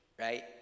right